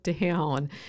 down